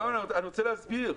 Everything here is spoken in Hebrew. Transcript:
אני רוצה להסביר.